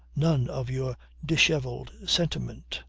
none of your dishevelled sentiment.